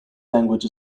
language